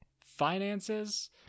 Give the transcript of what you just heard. finances